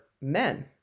men